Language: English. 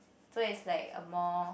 so is like a more